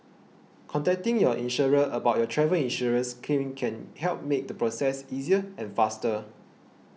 contacting your insurer about your travel insurance claim can help make the process easier and faster